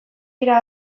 dira